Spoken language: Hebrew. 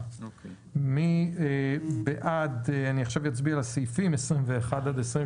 מי בעד אישור סעיפים 21 עד 23